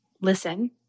listen